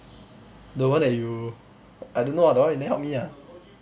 the one that you I don't ah the one you never help me ah